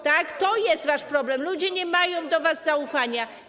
Tak, to jest wasz problem, ludzie nie mają do was zaufania.